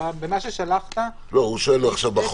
במה ששלחת, סעיף 10,